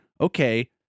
okay